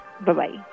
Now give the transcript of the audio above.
Bye-bye